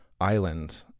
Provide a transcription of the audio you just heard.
island